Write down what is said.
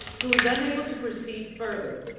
who was unable to proceed further,